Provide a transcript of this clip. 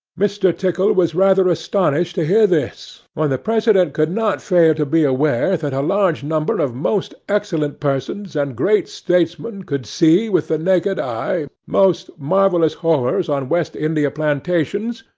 mr. tickle was rather astonished to hear this, when the president could not fail to be aware that a large number of most excellent persons and great statesmen could see, with the naked eye, most marvellous horrors on west india plantations,